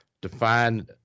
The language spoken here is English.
define